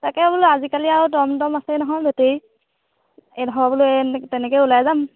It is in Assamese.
তাকে বোলো আজিকালি আৰু টম টম আছে নহয় য'তে এই ধৰ বোলো এই তেনেকে ওলাই যাম